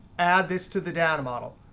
add this to the data model.